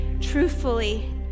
truthfully